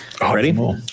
ready